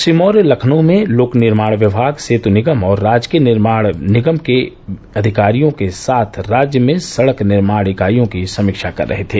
श्री मौर्य लखनऊ में लोक निर्माण विभाग सेतु निगम और राजकीय निर्माण निगम के विभागों के अधिकारियों के साथ राज्य में सड़क निर्माण इकाईयों की समीक्षा कर रहे थे